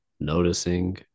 noticing